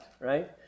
right